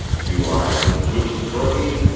do i switch to soybeans?